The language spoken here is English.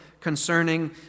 concerning